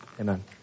Amen